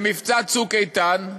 במבצע "צוק איתן"